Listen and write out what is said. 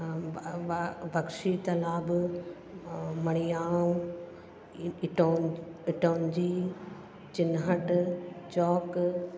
बक्शी तलाब मणीआओ इ इटौउ इटौंजी चिंहट चौक